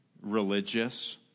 religious